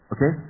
Okay